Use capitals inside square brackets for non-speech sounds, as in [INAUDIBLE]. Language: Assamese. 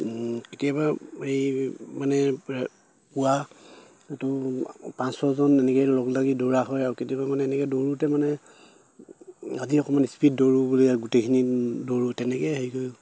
কেতিয়াবা এই মানে [UNINTELLIGIBLE] পোৱা এইটো পাঁচ ছয়জন এনেকে লগ লাগি দৌৰা হয় আৰু কেতিয়াবা মানে এনেকে দৌৰোঁতে মানে আজি অকণমান ইস্পীড দৌৰোঁ বুলি গোটেইখিনি দৌৰোঁ তেনেকে হেৰি